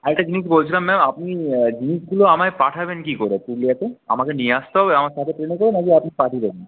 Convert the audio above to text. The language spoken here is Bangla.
আর একটা জিনিস বলছিলাম ম্যাম আপনি জিনিসগুলো আমায় পাঠাবেন কী করে পুরুলিয়াতে আমাকে নিয়ে আসতে হবে আমার সাথে ট্রেনে করে নাকি আপনি পাঠিয়ে দেবেন